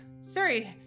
sorry